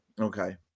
Okay